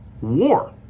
War